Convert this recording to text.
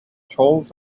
tolls